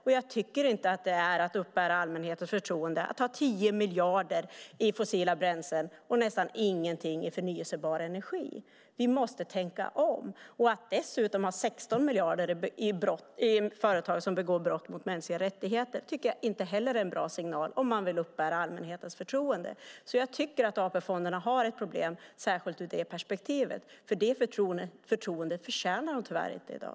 Det är inte heller att uppbära allmänhetens förtroende att ha investerat 10 miljarder i fossila bränslen och nästan ingenting i förnybar energi. Vi måste tänka om. Att dessutom ha investerat 16 miljarder i företag som begår brott mot mänskliga rättigheter är inte heller en bra signal om man vill uppbära allmänhetens förtroende. AP-fonderna har ett problem i det perspektivet. Det förtroendet förtjänar de tyvärr inte i dag.